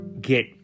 get